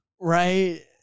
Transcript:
Right